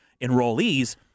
enrollees